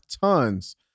tons